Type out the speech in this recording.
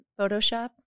Photoshop